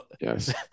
Yes